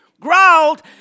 growled